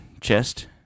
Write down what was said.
chest